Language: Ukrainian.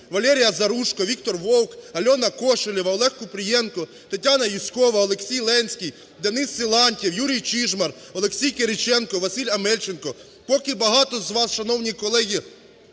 Валерія Заружко, Віктор Вовк, Альона Кошелєва, Олег Купрієнко, Тетяна Юзькова, Олексій Ленський, Денис Силантьєв, Юрій Чижмарь, Олексій Кириченко, Василь Омельченко – поки багато з вас, шановні колеги,